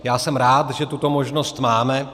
Já jsem rád, že tuto možnost máme.